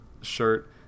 shirt